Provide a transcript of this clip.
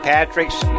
Patrick's